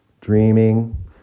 Dreaming